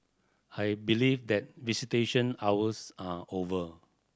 I believe that visitation hours are over